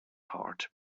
heart